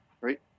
right